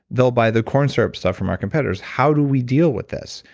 they'll buy the corn syrup stuff from our competitors. how do we deal with this?